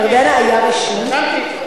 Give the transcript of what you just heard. ירדנה, היה רישום?